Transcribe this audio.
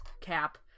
Cap